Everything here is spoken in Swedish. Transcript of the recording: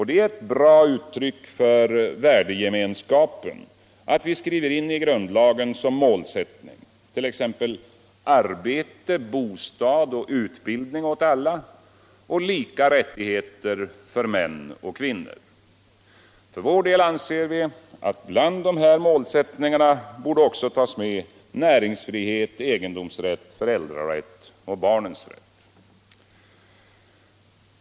Det är ett bra uttryck för värdegemenskapen att vi skriver in i grundlagen som målsättning t.ex. arbete, bostad och utbildning åt alla och lika rättigheter för män och kvinnor. För vår del anser vi att bland de här målsättningarna också borde tas med näringsfrihet, egendomsrätt, föräldrarätt och barnens rätt.